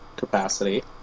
Capacity